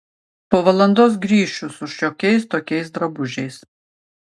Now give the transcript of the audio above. po valandos grįšiu su šiokiais tokiais drabužiais